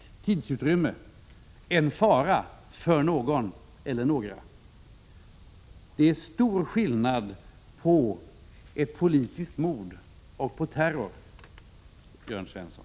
1986/87:21 tidrymd en fara för någon eller några. 7 november 1986 Det är stor skillnad på ett politiskt Mord och på terror, Jörn Svensson.